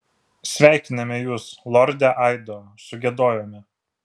sveikiname jus lorde aido sugiedojome